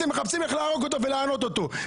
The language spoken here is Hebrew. אתם מחפשים איך להרוג אותו ולענות אותו.